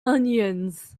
onions